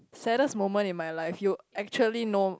saddest moment in my life you actually know